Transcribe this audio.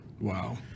Wow